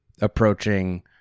approaching